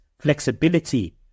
flexibility